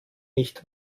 nicht